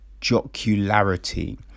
jocularity